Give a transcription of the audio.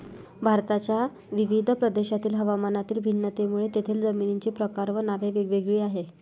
भारताच्या विविध प्रदेशांतील हवामानातील भिन्नतेमुळे तेथील जमिनींचे प्रकार व नावे वेगवेगळी आहेत